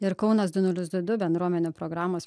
ir kaunas du nulis du du bendruomenių programos